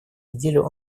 неделю